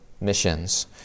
missions